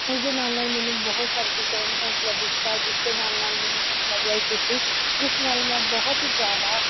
ਉਸਦੇ ਨਾਲ ਨਾਲ ਮੈਨੂੰ ਬਹੁਤ ਸਾਰੇ ਟੀਚਰਾਂ ਨੇ ਹੌਂਸਲਾ ਦਿੱਤਾ ਜਿਸ ਦੇ ਨਾਲ ਨਾਲ ਮੈਨੂੰ ਹੌਂਸਲਾ ਅਫਜ਼ਾਈ ਕੀਤੀ ਜਿਸ ਨਾਲ ਮੈਂ ਬਹੁਤ ਜ਼ਿਆਦਾ